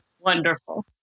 Wonderful